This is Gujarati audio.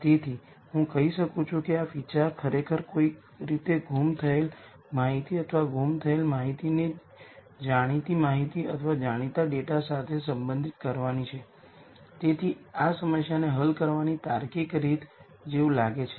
તેથી આપણે જાણીએ છીએ કે Aᵀ A અથવા AAᵀ ફોર્મના મેટ્રિસીસ બંને સિમેટ્રિક છે અને જ્યારે આપણે ડેટા સાયન્સમાં ગણતરી કરીએ ત્યારે ઘણીવાર સામનો કરે છે